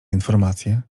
informację